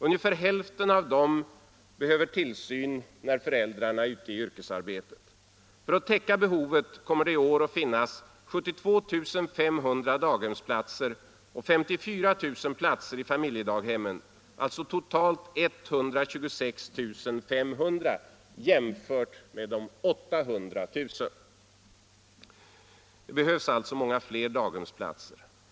Ungefär hälften av dem behöver tillsyn när föräldrarna är ute i yrkesarbete. För att täcka behovet kommer det i år att finnas 72 500 daghemsplatser och 54 000 platser i familjedaghem =— alltså totalt 126 500, som kan jämföras med de 800 000. Det behövs således många fler daghemsplatser.